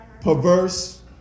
perverse